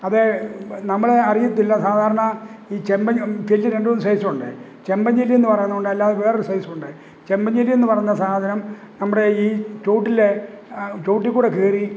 അത് നമ്മള് അറിയത്തില്ല സാധാരണ ഈ ചെമ്പ ചെല്ലി രണ്ടുമൂന്ന് സൈസുണ്ട് ചെമ്പഞ്ചെല്ലി എന്ന് പറയുന്നതുമുണ്ട് അല്ലാതെ വേറൊരു സൈസുമുണ്ട് ചെമ്പഞ്ചെല്ലീന്ന് പറയുന്ന സാധനം നമ്മുടെ ഈ ചോട്ടില് ചുവട്ടിക്കൂടെക്കേറി